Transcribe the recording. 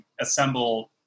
assemble